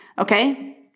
Okay